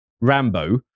Rambo